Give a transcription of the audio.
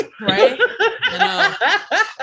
right